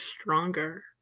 stronger